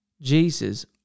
Jesus